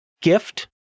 GIFT